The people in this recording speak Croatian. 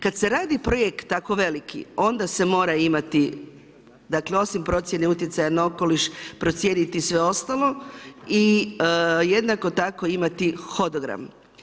Kad se radi projekt tako veliki onda se mora imati dakle osim procjene utjecaja na okoliš procijeniti sve ostalo i jednako tako imati hodogram.